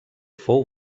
fou